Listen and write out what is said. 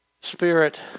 Spirit